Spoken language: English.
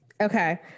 okay